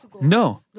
No